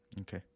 Okay